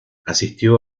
asistió